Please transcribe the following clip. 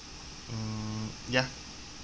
mm ya